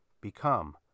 become